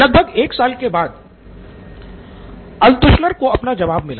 लगभग एक साल बाद अल्त्शुलर को अपना जवाब मिला